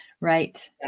Right